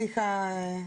סליחה.